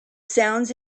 sounds